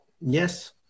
yes